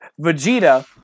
Vegeta